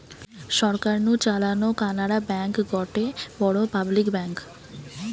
সরকার নু চালানো কানাড়া ব্যাঙ্ক গটে বড় পাবলিক ব্যাঙ্ক